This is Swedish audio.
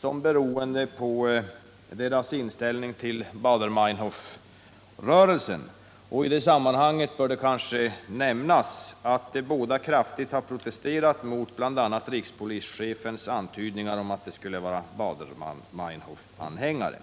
som beroende på deras inställning till Baader-Meinhof-rörelsen. I sammanhanget bör det kanske nämnas att de båda kraftigt har protesterat bl.a. mot rikspolischefens antydan om att de skulle vara Baader-Meinhof-anhängare.